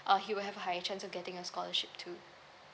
uh he'll have a higher chance of getting a scholarship too